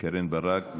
קרן ברק.